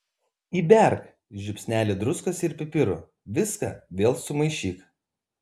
įberk žiupsnelį druskos ir pipirų viską vėl sumaišyk